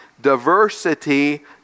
diversity